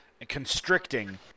constricting